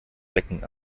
becken